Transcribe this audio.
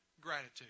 gratitude